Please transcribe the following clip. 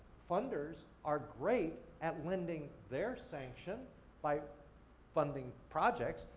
funders are great at lending their sanction by funding projects,